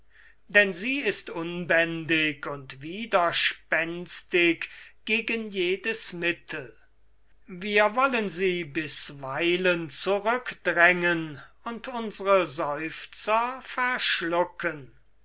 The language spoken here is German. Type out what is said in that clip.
denn sie ist unbändig und widerspenstig gegen jedes mittel wir wollen sie bisweilen zurückdrängen und unsre seufzer verschlucken